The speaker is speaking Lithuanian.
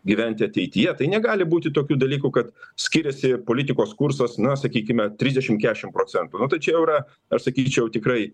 gyventi ateityje tai negali būti tokių dalykų kad skiriasi politikos kursas na sakykime trisdešim kešim procentų nu tai čia jau yra aš sakyčiau tikrai